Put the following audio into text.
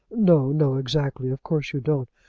no, no exactly. of course you don't.